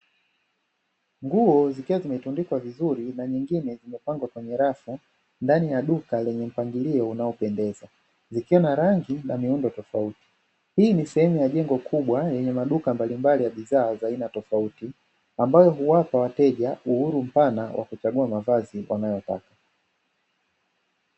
Nguo zikiwa zimetundikwa vizuri na nyingine zimepangwa kwenye rafu ndani ya duka lenye mpangilio unaopendeza zikiwa na rangi yenye miundo tofauti. Hii ni sehemu ya jengo kubwa lenye maduka mbalimbali ya bidhaa tofauti ambayo huwapa wateja uhuru wa kuchagua bidhaa wanazotaka.